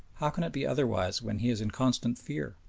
how can it be otherwise when he is in constant fear,